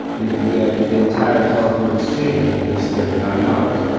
you can get the entire telephone exchange in just thirty five hours.